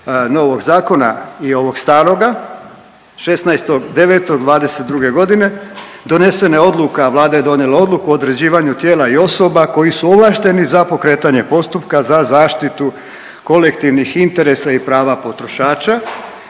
novog zakona i ovog staroga 16.9.'22. godine donesena je odluka, Vlada je donijela odluku o određivanju tijela i osoba koji su ovlašteni za pokretanje postupka za zaštitu kolektivnih interesa i prava potrošača